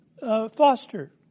foster